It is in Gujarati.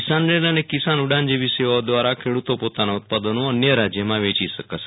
કિશાન રેલ અને કિસાન ઉડાન જેવી સેવાઓ દવારા ખેડૂતો પોતાના ઉત્પાદનો અન્ય રાજયોમાં વેચી શકાશે